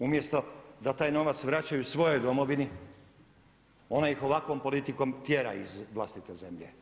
Umjesto da taj novac vraćaju svojoj domovini, ona ih ovakvom politikom tjera iz vlastite zemlje.